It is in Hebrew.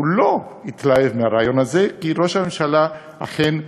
לא התלהב מהרעיון הזה, כי ראש הממשלה אכן הבין,